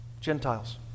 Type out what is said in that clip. Gentiles